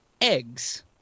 eggs